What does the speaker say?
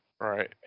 right